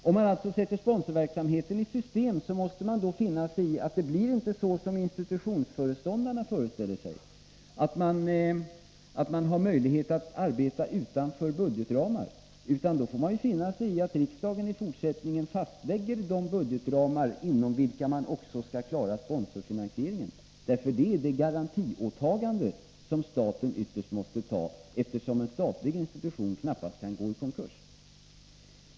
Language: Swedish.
Om man alltså sätter sponsorverksamheten i system måste man finna sig i att det inte blir som institutionsföreståndarna föreställer sig — att man har möjligheter att arbeta utanför budgetramarna — utan då får man finna sig i att riksdagen i fortsättningen fastlägger de budgetramar inom vilka man också skall klara sponsorfinansieringen. Det är nämligen det garantiåtagande som staten ytterst måste ta, eftersom en statlig institution knappast kan gå i konkurs.